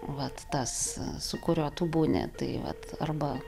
vat tas su kuriuo tu būni tai vat arba